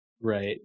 Right